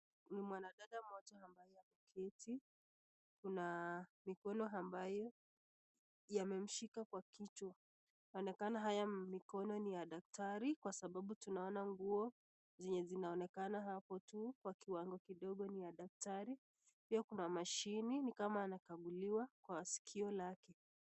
Ni mwanadada mmoja ambaye ameketi, kuna mikono ambayo yamemshika kwa kichwa. Inaonekana haya mikono ni ya daktari kwa sababu tunaona nguo zenye zinaonekana hapo tu kwa kiwango kidogo ni ya daktari, pia kuna mashini ni kama anakaguliwa kwa sikio lake.